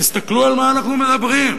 תסתכלו על מה אנחנו מדברים.